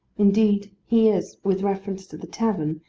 indeed he is with reference to the tavern,